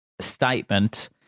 statement